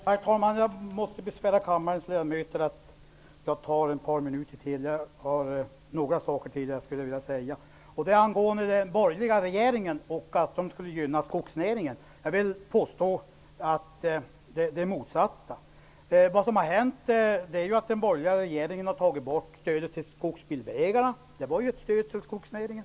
Herr talman! Jag måste besvära kammarens ledamöter ytterligare ett par minuter med att ta upp några saker. Det påstås att den borgerliga regeringen skulle gynna skogsnäringen. Jag vill påstå motsatsen. Vad som har hänt är ju att den borgerliga regeringen har tagit bort stödet till skogsbilvägarna, vilket ju var ett stöd till skogsnäringen.